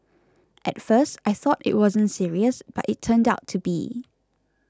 at first I thought it wasn't serious but it turned out to be